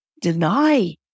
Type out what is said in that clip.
deny